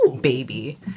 baby